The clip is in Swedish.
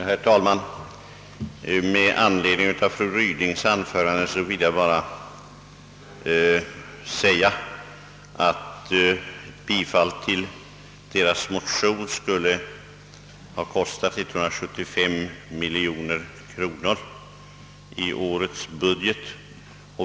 Herr talman! Med anledning av fru Rydings anförande vill jag bara säga att ett bifall till motionen skulle ha kostat 175 miljoner kronor i årets budget.